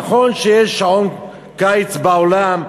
נכון שיש שעון קיץ בעולם,